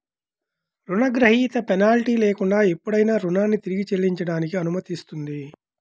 రుణగ్రహీత పెనాల్టీ లేకుండా ఎప్పుడైనా రుణాన్ని తిరిగి చెల్లించడానికి అనుమతిస్తుంది